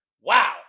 Wow